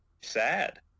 sad